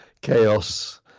chaos